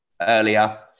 earlier